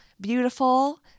beautiful